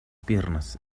piernas